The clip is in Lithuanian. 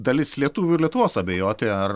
dalis lietuvių ir lietuvos abejoti ar